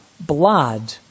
blood